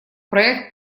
проект